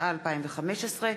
התשע"ה 2015,